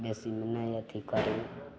बेसीमे नै अथी करी